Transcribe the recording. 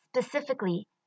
specifically